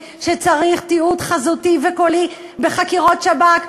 שצריך תיעוד חזותי וקולי בתיעוד שב"כ,